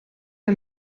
der